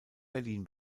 berlin